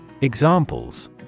Examples